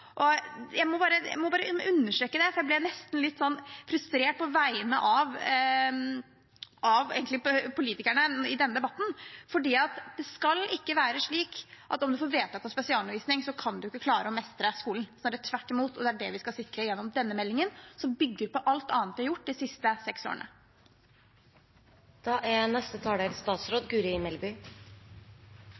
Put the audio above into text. Jeg må bare understreke det, for jeg ble nesten litt frustrert på vegne av politikere i denne debatten. Det skal ikke være slik at om man får vedtak om spesialundervisning, kan man ikke klare å mestre skolen. Tvert imot – og det er det vi skal sikre gjennom denne meldingen, som bygger på alt annet vi har gjort de siste seks årene. Jeg fikk et par utfordringer fra representanten Tvedt Solberg, som jeg tenkte jeg skulle svare ut. For det første er